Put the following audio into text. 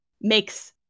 makes